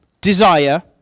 desire